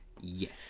Yes